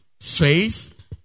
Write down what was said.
Faith